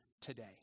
today